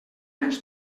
ens